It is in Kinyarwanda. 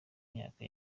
myaka